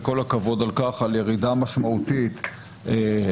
וכל הכבוד על כך על ירידה משמעותית בפשיעה,